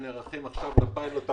שנערכים עכשיו לפיילוט הראשוני,